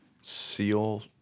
Seal